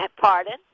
Pardon